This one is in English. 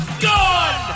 gone